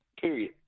Period